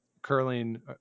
curling